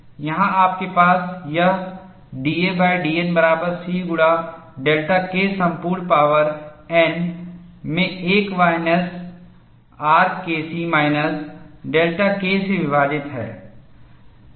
यहां आपके पास यह dadN बराबर C गुणा डेल्टा K संपूर्ण पॉवर n में 1 minus R K c minus delta K से विभाजित है